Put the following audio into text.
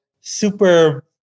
super